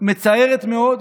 מצערות מאוד.